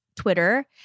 Twitter